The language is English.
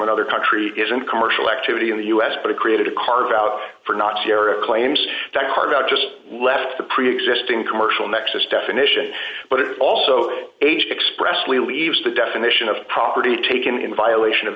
another country is an commercial activity in the u s but it created a carve out for not sharing claims that hard about just left the preexisting commercial nexus definition but it also aged expressly leaves the definition of property taken in violation of